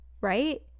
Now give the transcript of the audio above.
right